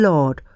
Lord